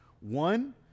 One